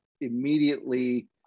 immediately